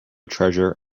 treasure